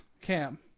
Cam